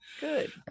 good